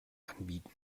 anbieten